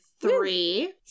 three